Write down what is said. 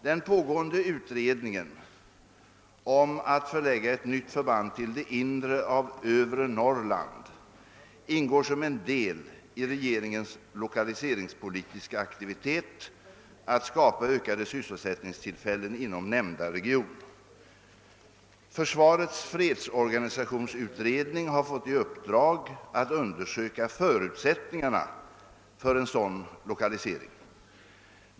Den pågående utredningen om att förlägga ett nytt förband till det inre av övre Norrland ingår som en del i regeringens lokaliseringspolitiska aktivitet att skapa ökade sysselsättningstillfällen inom nämnda region. Försvarets fredsorganisationsutredning har fått i uppdrag att undersöka förutsättningarna för en sådan lokalisering.